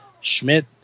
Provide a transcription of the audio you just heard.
Schmidt